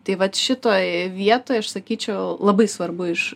tai vat šitoj vietoj aš sakyčiau labai svarbu iš